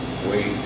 Wait